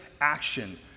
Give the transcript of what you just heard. action